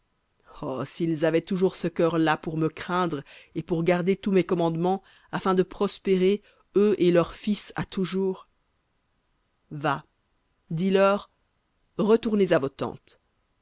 s'ils avaient toujours ce cœur là pour me craindre et pour garder tous mes commandements afin de prospérer eux et leurs fils à toujours va dis-leur retournez à vos tentes